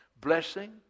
blessing